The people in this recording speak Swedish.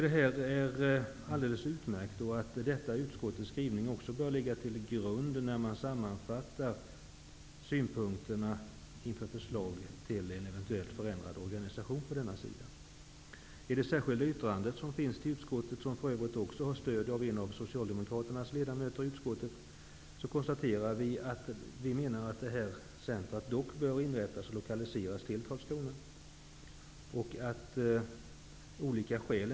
Detta är utmärkt. Utskottets skrivning bör ligga till grund när man sammanfattar synpunkterna på förslaget om en eventuellt förändrad organisation på detta område. I det särskilda yttrandet, som för övrigt också har fått stöd av en socialdemokratisk ledamot i utskottet, konstateras att ett dykericentrum bör inrättas och lokaliseras till Karlskrona.